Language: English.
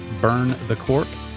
burnthecork